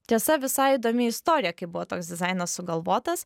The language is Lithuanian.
tiesa visai įdomi istorija kaip buvo toks dizainas sugalvotas